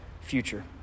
future